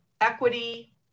equity